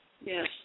Yes